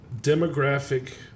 demographic